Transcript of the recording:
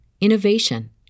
innovation